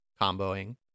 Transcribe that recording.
comboing